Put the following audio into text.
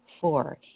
Four